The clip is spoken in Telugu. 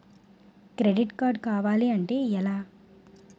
క్రెడిట్ కార్డ్ కావాలి అంటే ఎలా?